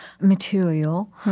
material